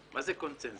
מה זה קונצנזוס?